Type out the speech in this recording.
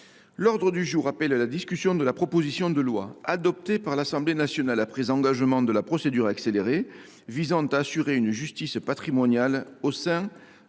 groupe Union Centriste, la discussion de la proposition de loi, adoptée par l’Assemblée nationale après engagement de la procédure accélérée, visant à assurer une justice patrimoniale au sein